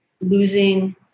losing